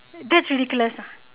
that's ridiculous ah